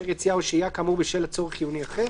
יציאה או שהייה כאמור בשל צורך חיוני אחר,